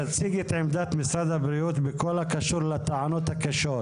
תציגי את עמדת משרד הבריאות בכל הקשור לטענות הקשות